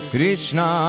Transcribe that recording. Krishna